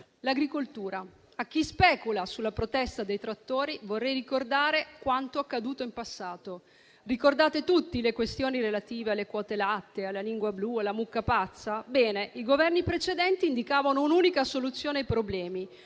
ricordare a chi specula sulla protesta dei trattori quanto accaduto in passato. Ricordate tutti le questioni relative alle quote latte, alla lingua blu, alla mucca pazza? Ebbene, i Governi precedenti indicavano un'unica soluzione dei problemi: